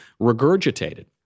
regurgitated